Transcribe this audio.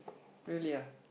really ah